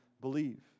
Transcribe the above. believe